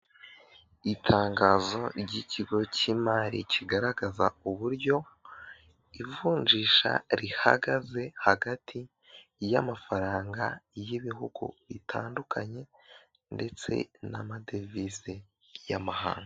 Itangazo ry'ikigo cy'imari kigaragaza uburyo ivunjisha rihagaze hagati y'amafaranga y'ibihugu bitandukanye ndetse n'amadevize y'amahanga.